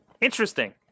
interesting